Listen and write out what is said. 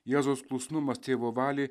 jėzaus klusnumas tėvo valiai